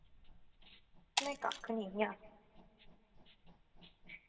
में कक्ख निं आं